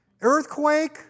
Earthquake